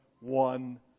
one